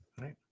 Right